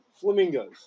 Flamingos